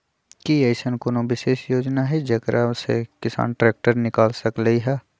कि अईसन कोनो विशेष योजना हई जेकरा से किसान ट्रैक्टर निकाल सकलई ह?